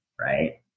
right